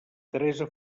teresa